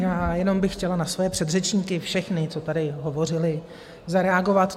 Já jenom bych chtěla na své předřečníky, všechny, co tady hovořili, zareagovat.